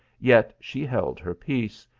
yet she held her peace,